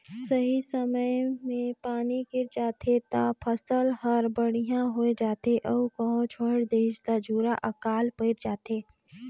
सही समय मे पानी गिर जाथे त फसल हर बड़िहा होये जाथे अउ कहो छोएड़ देहिस त झूरा आकाल पइर जाथे